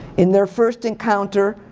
in their first encounter,